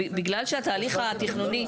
בגלל שהתהליך התכנוני,